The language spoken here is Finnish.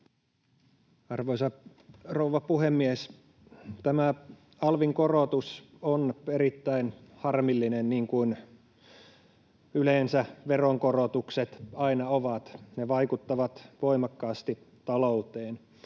Arvoisa rouva puhemies! Tämä alvin korotus on erittäin harmillinen, niin kuin yleensä veronkorotukset aina ovat. Ne vaikuttavat voimakkaasti talouteen.